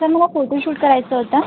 sir मला photo shoot करायचं होतं